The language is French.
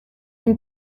une